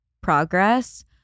progress